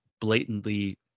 blatantly